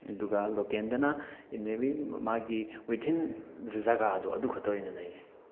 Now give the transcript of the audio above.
ꯑꯗꯨꯒ ꯂꯣꯀꯦꯜꯗꯅ ꯏꯠ ꯃꯦꯕꯤ ꯃꯥꯒꯤ ꯋꯤꯠꯊꯤꯟ ꯖꯒꯥꯁꯣ ꯑꯗꯨ ꯈꯛꯇ ꯑꯣꯏꯅ ꯅꯩꯅꯩ